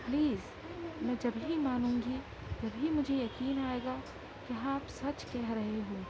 please میں جبھی مانوں گی جبھی مجھے یقین آئے گا کہ ہاں آپ سچ کہہ رہے ہو